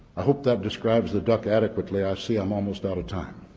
i hope that describes the duck adequately, i see. i'm almost out of time.